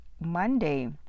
Monday